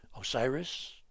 OSIRIS